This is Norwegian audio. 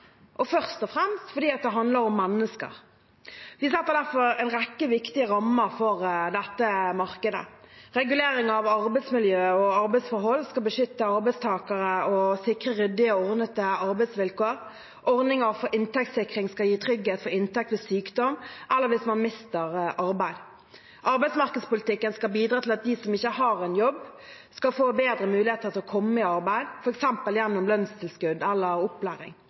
først og fremst fordi det handler om mennesker. Vi setter derfor en rekke viktige rammer for dette markedet. Reguleringer av arbeidsmiljø og arbeidsforhold skal beskytte arbeidstakere og sikre ryddige og ordnede arbeidsvilkår. Ordninger for inntektssikring skal gi trygghet for inntekt ved sykdom eller hvis man mister arbeid. Arbeidsmarkedspolitikken skal bidra til at de som ikke har en jobb, skal få bedre muligheter til å komme i arbeid, f.eks. gjennom lønnstilskudd eller opplæring.